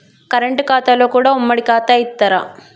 Current ఖాతాలో కూడా ఉమ్మడి ఖాతా ఇత్తరా?